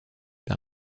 par